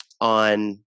on